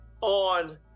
on